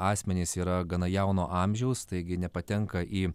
asmenys yra gana jauno amžiaus taigi nepatenka į